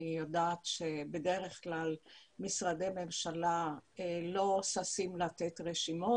אני יודעת שבדרך כלל משרדי ממשלה לא ששים לתת רשימות